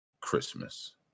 Christmas